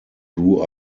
grew